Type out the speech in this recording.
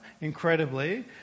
incredibly